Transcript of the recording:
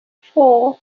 four